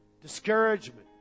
Discouragement